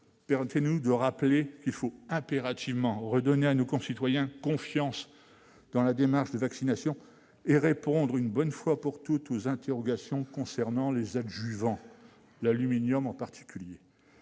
permettez-nous de rappeler qu'il faut impérativement redonner à nos concitoyens confiance dans la démarche de vaccination et répondre, une bonne fois pour toutes, aux interrogations concernant les adjuvants, l'aluminium en particulier.